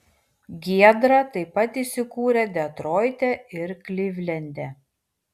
giedra taip pat įsikūrė detroite ir klivlende